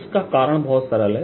इसका कारण बहुत सरल है